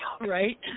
right